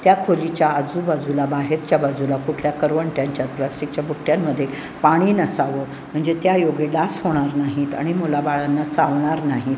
त्या खोलीच्या आजूबाजूला बाहेरच्या बाजूला कुठल्या करवंट्यांच्या प्लास्टिकच्या बुट्ट्यांमध्ये पाणी नसावं म्हणजे त्यायोगे डास होणार नाहीत आणि मुलाबाळांना चावणार नाहीत